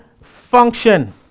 function